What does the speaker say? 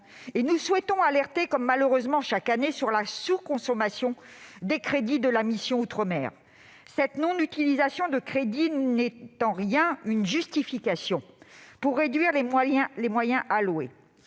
nous souhaitons alerter, comme malheureusement chaque année, sur la sous-consommation des crédits de la mission « Outre-mer ». Cette non-utilisation de crédits ne justifie en rien la réduction des moyens alloués.